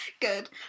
Good